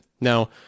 Now